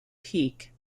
peak